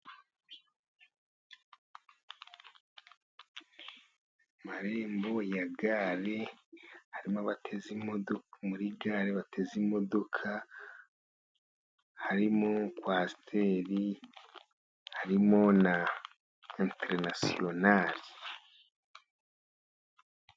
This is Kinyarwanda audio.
Amarembo ya gare, harimo abateze imodoka, muri gare bateze imodoka, harimo kwasiteri, harimo na interinasiyonari.